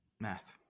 Math